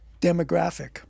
demographic